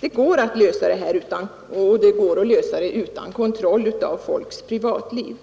Det går alltså att lösa frågan, och det går att lösa den utan kontroll av folks privatliv.